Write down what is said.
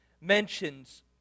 mentions